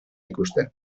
ikusten